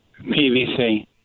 PVC